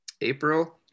April